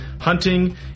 hunting